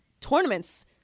tournaments